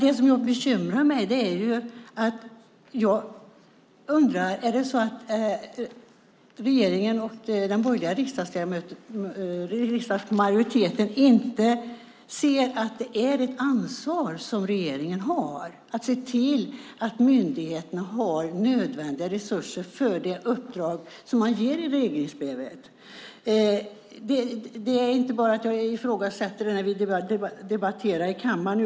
Jag undrar om regeringen och den borgerliga riksdagsmajoriteten inte ser att regeringen har ett ansvar att se till att myndigheterna har nödvändiga resurser för det uppdrag som man ger i regleringsbrevet. Inte bara jag ifrågasätter det när vi debatterar i kammaren.